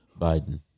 Biden